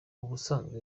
ubusanzwe